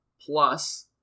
plus